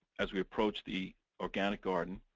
as we approach the organic garden.